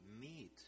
meet